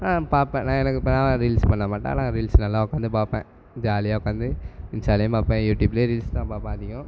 நான் பார்ப்பேன் நான் எனக்கு இப்போ நான் ரீல்ஸு பண்ண மாட்டேன் ஆனால் ரீல்ஸு நல்லா உக்காந்து பார்ப்பேன் ஜாலியாக உக்காந்து இன்ஸ்ட்டாலியும் பார்ப்பேன் யூடியூப்லியும் ரீல்ஸு தான் பார்ப்பேன் அதிகம்